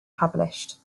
published